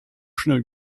schnell